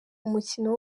umukino